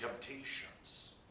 temptations